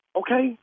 okay